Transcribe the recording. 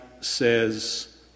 says